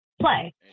play